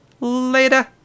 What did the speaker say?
Later